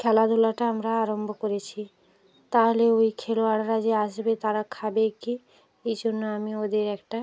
খেলাধুলাটা আমরা আরম্ভ করেছি তাহালে ওই খেলোয়াড়রা যে আসবে তারা খাবে কী এই জন্য আমি ওদের একটা